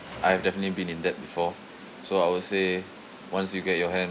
I've definitely been in debt before so I will say once you get your hand